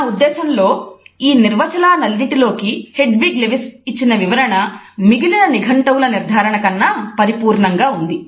నా ఉద్దేశ్యంలో ఈ నిర్వచనాలన్నిటిలోకీ హెడ్విగ్ లెవీస్ ఇచ్చిన వివరణ మిగిలిన నిఘంటువుల నిర్ధారణ ల కన్నా పరిపూర్ణంగా ఉన్నది